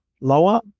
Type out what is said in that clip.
lower